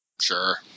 Sure